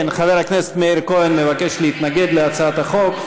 כן, חבר הכנסת מאיר כהן מבקש להתנגד להצעת החוק.